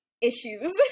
issues